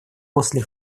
после